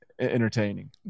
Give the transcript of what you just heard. entertaining